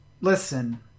Listen